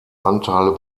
anteile